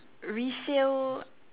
resale